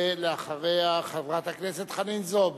ואחריה, חברת הכנסת חנין זועבי.